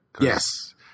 Yes